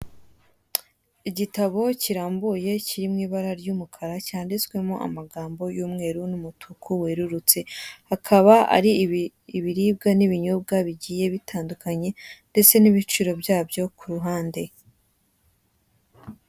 Igitabo kirambuye kiri mu ibara ry'umukara cyanditswemo amagambo y'umweru n'umutuku werurutse akaba ari ibiribwa n'ibinyobwa bigiye bitandukanye ndetse n'ibiciro byabyo ku ruhande.